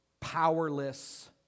powerless